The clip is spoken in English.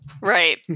right